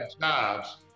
jobs